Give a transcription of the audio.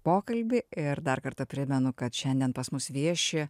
pokalbį ir dar kartą primenu kad šiandien pas mus vieši